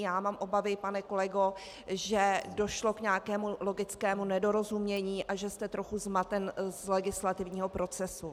Já mám obavy, pane kolego, že došlo k nějakému logickému nedorozumění a že jste trochu zmaten z legislativního procesu.